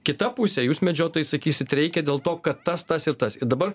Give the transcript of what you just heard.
kitą pusė jūs medžiotojai sakysit reikia dėl to kad tas tas ir tas i dabar